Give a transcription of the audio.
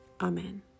Amen